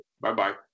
Bye-bye